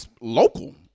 local